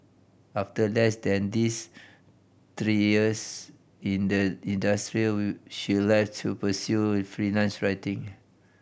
after less than these three years in the industry will she left to pursue freelance writing